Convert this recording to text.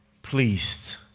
pleased